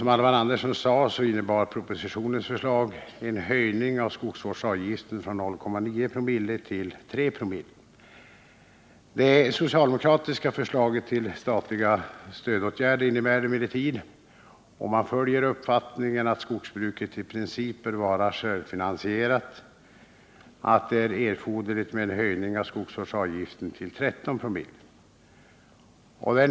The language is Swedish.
Som Alvar Andersson också sade, så innebär propositionens förslag en höjning av skogsvårdsavgiften från 0,9 ? 00. Det socialdemokratiska förslaget till statliga stödåtgärder innebär emellertid — om man följer uppfattningen att skogsbruket i princip bör vara självfinansierat — att det är erforderligt med en höjning av skogsvårdsavgiften till 13?/oo.